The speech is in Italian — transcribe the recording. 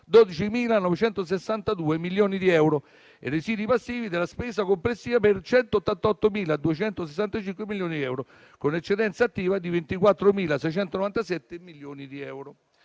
212.962 milioni di euro e residui passivi della spesa complessiva per 188.265 milioni di euro, con un'eccedenza attiva di 24.697 milioni di euro.